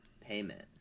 payment